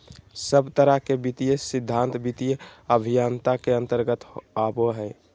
सब तरह के वित्तीय सिद्धान्त वित्तीय अभयन्ता के अन्तर्गत आवो हय